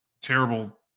terrible